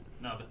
No